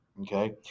Okay